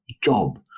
job